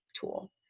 tool